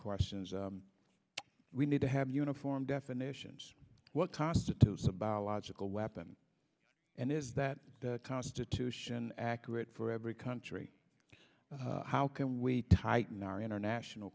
questions we need to have uniform definitions what constitutes about a logical weapon and is that constitution accurate for every country how can we tighten our international